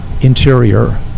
interior